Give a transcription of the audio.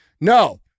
No